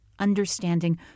understanding